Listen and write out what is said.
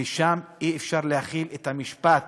ואי-אפשר להחיל את המשפט